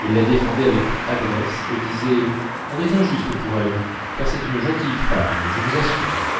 elle la défendait avec adresse et disait on est injuste pour elle car c'est une gentille femme je vous assure